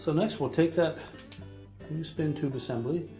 so next, we'll take that new spin tube assembly.